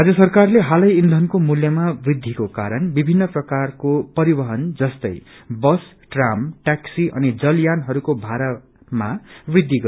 राजय सरकारले हालै इंयनको मूल्यामा वृद्धिको कारण विभिन्न प्रकारको पविहन जस्तै बस ट्राम टैक्सी अनि जलयानहरूको भारामा वृद्धि गरेको थियो